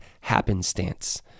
happenstance